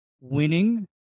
winning